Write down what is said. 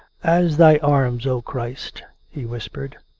as thy arms, o christ. he whispered.